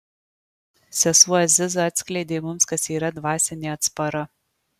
sesuo aziza atskleidė mums kas yra dvasinė atspara